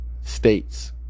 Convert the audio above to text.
states